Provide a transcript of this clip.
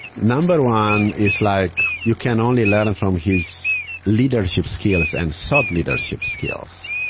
number one is like you can only learn from his leadership skills and thought leadership skills.